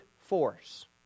force